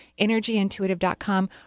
energyintuitive.com